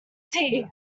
tea